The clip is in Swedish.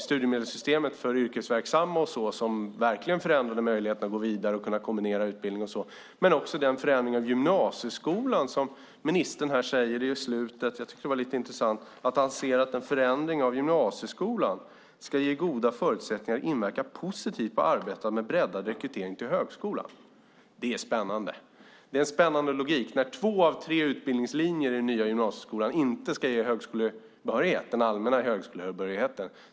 Studiemedelssystemet för yrkesverksamma förändrade verkligen möjligheten att gå vidare. Vi har också förändringen av gymnasieskolan. I slutet av svaret säger ministern att han ser att en förändring av gymnasieskolan ska ge goda förutsättningar att inverka positivt på arbetet med breddad rekrytering till högskolan. Det är spännande. Det är en spännande logik när två av tre utbildningslinjer i den nya gymnasieskolan inte ska ge allmän högskolebehörighet.